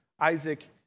Isaac